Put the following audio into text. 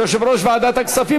יושב-ראש ועדת הכספים,